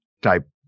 type